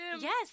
Yes